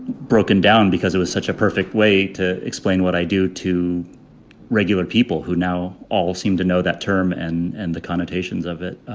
broken down because it was such a perfect way to explain what i do to regular people who now all seem to know that term and and the connotations of it.